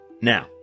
Now